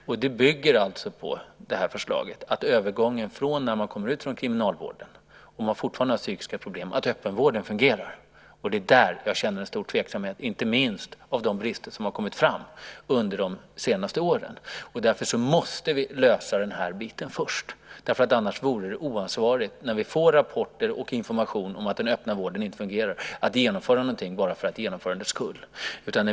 Förslaget bygger på att öppenvården fungerar om man kommer ut från kriminalvården och fortfarande har psykiska problem. Det är där jag känner en stor tveksamhet, inte minst utifrån de brister som har kommit fram under de senaste åren. Därför måste vi lösa den här biten först. Annars vore det oansvarigt, när vi får rapporter och information om att den öppna vården inte fungerar, att genomföra någonting bara för genomförandets skull.